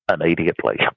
immediately